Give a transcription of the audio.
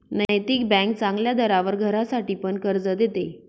नैतिक बँक चांगल्या दरावर घरासाठी पण कर्ज देते